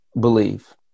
believe